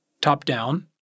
top-down